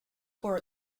for